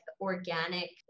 organic